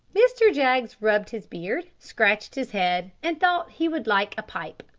mr. jaggs rubbed his beard, scratched his head and thought he would like a pipe.